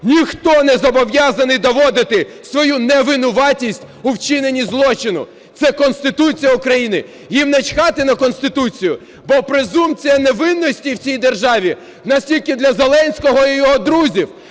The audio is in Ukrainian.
"Ніхто не зобов'язаний доводити свою невинуватість у вчинені злочину". Це Конституція України. Їм начхати на Конституцію, бо презумпція невинуватості в цій державі в нас тільки для Зеленського і його друзів,